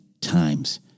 times